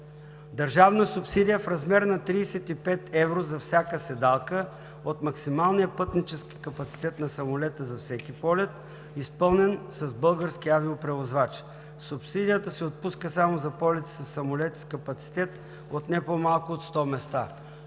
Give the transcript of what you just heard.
държавна субсидия в размер на 35 евро за всяка седалка от максималния пътнически капацитет на самолета за всеки полет, изпълнен с български авиопревозвачи. Субсидията се отпуска само за полети със самолети с капацитет от не по-малко от 100 места.“